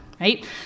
right